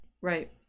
Right